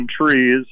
trees